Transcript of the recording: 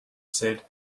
said